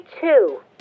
two